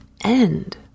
end